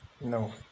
no